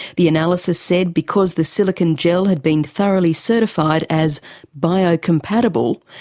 the analysis said because the silicone gel had been thoroughly certified as biocompatible,